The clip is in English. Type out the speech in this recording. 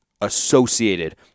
Associated